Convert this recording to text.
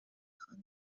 خانم